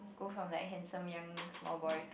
go from like handsome young small boy to